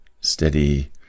steady